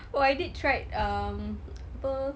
oh I did tried um apa